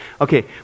Okay